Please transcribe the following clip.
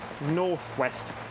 northwest